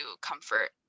comfort